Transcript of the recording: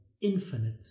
infinite